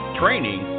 training